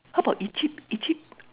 how about Egypt Egypt